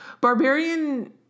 Barbarian